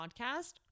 podcast